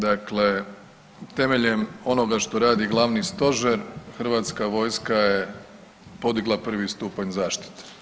Dakle, temeljem onoga što radi Glavni stožer, Hrvatska vojska je podigla prvi stupanj zaštite.